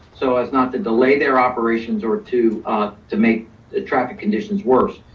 so as not to delay their operations or to ah to make traffic conditions worse.